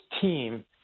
team